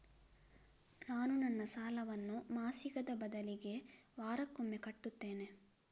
ನಾನು ನನ್ನ ಸಾಲವನ್ನು ಮಾಸಿಕದ ಬದಲಿಗೆ ವಾರಕ್ಕೊಮ್ಮೆ ಕಟ್ಟುತ್ತೇನೆ